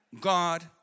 God